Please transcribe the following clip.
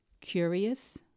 Curious